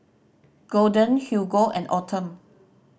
Golden Hugo and Autumn